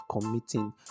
committing